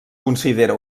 considera